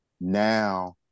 now